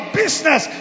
business